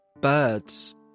birds